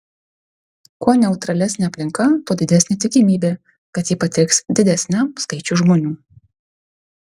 kuo neutralesnė aplinka tuo didesnė tikimybė kad ji patiks didesniam skaičiui žmonių